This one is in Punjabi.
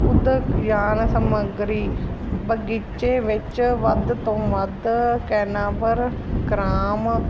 ਉੱਧਰ ਸਮੱਗਰੀ ਬਗੀਚੇ ਵਿੱਚ ਵੱਧ ਤੋਂ ਵੱਧ ਕੈਨਾਪਰ ਗ੍ਰਾਮ